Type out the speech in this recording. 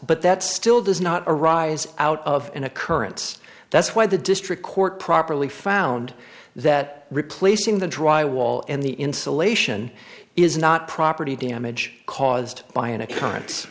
but that still does not arise out of an occurrence that's why the district court properly found that replacing the dry wall and the insulation is not property damage caused by an occ